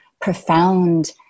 profound